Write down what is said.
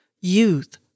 Youth